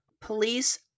Police